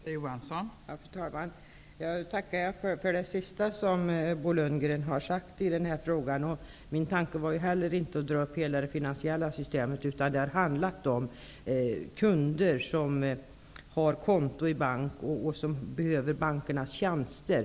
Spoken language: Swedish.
Fru talman! Jag tackar för det som Bo Lundgren sade sist i sitt förra inlägg. Min tanke var inte att debatten skulle gälla hela det finansiella systemet. I stället handlar det om kunder som har konto i bank och som behöver bankernas tjänster.